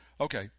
Okay